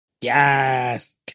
Yes